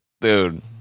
Dude